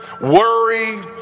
worry